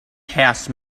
house